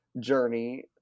journey